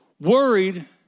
worried